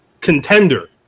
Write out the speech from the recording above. contender